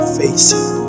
facing